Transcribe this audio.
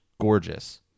gorgeous